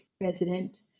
resident